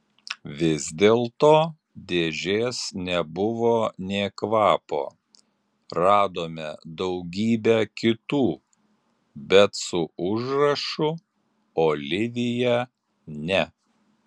vis dėlto dėžės nebuvo nė kvapo radome daugybę kitų bet su užrašu olivija ne